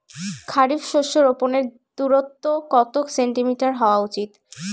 খারিফ শস্য রোপনের দূরত্ব কত সেন্টিমিটার হওয়া উচিৎ?